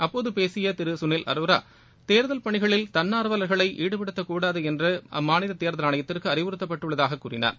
அப்போது பேசிய திரு சுனில் அரோரா தேர்தல் பணிகளில் தன்னார்வலர்களைஈடுபடுத்தக்கூடாது என்று அம்மாநில தேர்தல் ஆணையத்திற்கு அறிவுறுத்தப்பட்டுள்ளதாகக் கூறினார்